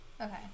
Okay